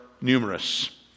numerous